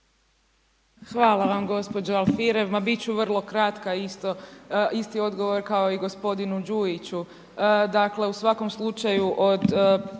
Hvala vam gospođo Alfirev, ma bit ću vrlo kratka isto, isti odgovor kao i gospodinu Đujiću, dakle u svakom slučaju od